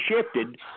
shifted